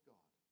God